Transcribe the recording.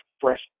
fresh